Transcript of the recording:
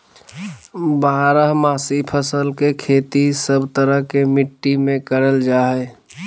बारहमासी फसल के खेती सब तरह के मिट्टी मे करल जा हय